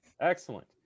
Excellent